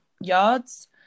yards